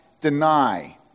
deny